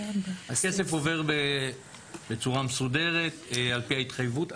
הכסף עובר בצורה מסודרת על פי ההתחייבות.